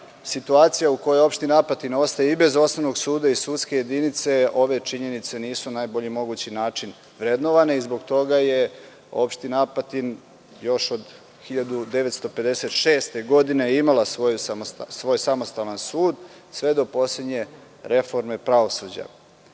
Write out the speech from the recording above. situacija u kojoj opština Apatin ostaje i bez osnovnog suda i sudske jedinice, ove činjenice nisu najbolji mogući način vrednovani i zbog toga je opština Apatin, još 1956. godine imala svoj samostalan sud, sve do poslednje reforme prevosuđa.